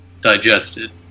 digested